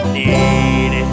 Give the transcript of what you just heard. need